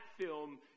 film